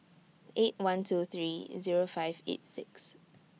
eight one two three Zero five eight six